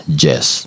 jazz